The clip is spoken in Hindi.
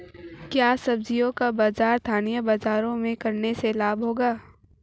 क्या सब्ज़ियों का व्यापार स्थानीय बाज़ारों में करने से लाभ होगा?